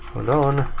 hold on.